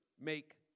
make